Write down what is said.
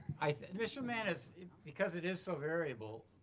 i mean michelin man is because it is so variable,